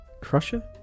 Crusher